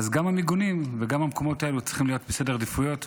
אז גם המיגונים וגם המקומות האלו צריכים להיות בסדר העדיפויות,